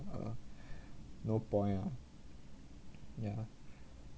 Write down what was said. uh no point ah ya